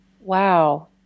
wow